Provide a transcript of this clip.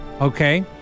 okay